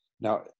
Now